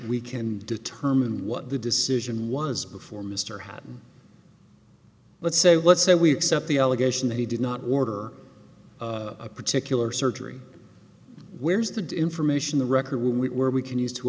we can determine what the decision was before mr houghton let's say let's say we accept the allegation that he did not order a particular surgery where's the due information the record we were we can use to